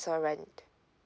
lesser rent